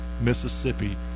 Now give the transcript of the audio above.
Mississippi